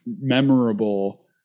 memorable